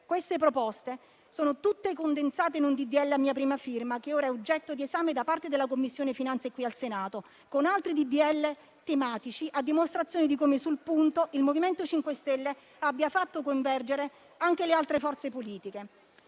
Queste proposte sono tutte condensate in un disegno di legge a mia prima firma, che ora è oggetto di esame da parte della 6a Commissione qui al Senato, con altri disegni di legge tematici, a dimostrazione di come sul punto il MoVimento 5 Stelle abbia fatto convergere anche le altre forze politiche.